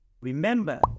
Remember